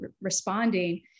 responding